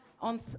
On